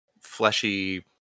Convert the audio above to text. fleshy